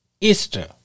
Easter